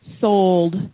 sold